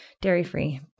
dairy-free